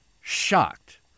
shocked